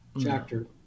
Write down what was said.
Chapter